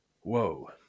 Whoa